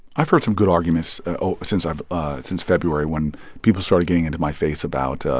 i've heard some good arguments since i've ah since february when people started getting into my face about, ah